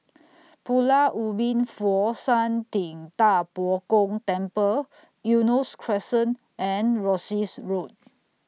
Pulau Ubin Fo Shan Ting DA Bo Gong Temple Eunos Crescent and Rosyth Road